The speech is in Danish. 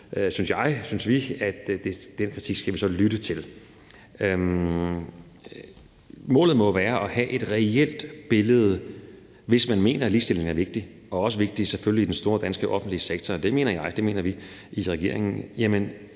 synes jeg, synes vi – at den kritik skal vi så lytte til. Målet må jo være at have et reelt billede. Hvis man mener, at ligestilling er vigtig og selvfølgelig også vigtig i den store danske offentlige sektor – og det mener jeg, og det mener vi i regeringen –